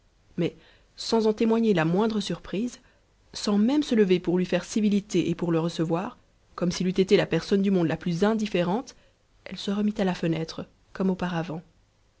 mais sans en témoigner la moindre surprise sans même se lever pour lui faire civilité et pour le recevoir comme s'il eût été la personne du monde la plus indifférente elle se remit à la fenêtre comme auparavant